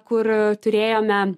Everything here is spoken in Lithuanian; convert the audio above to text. kur turėjome